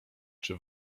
czy